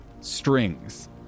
strings